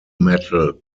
metal